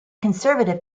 conservative